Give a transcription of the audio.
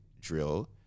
drill